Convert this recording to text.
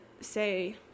say